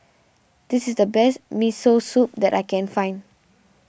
this is the best Miso Soup that I can find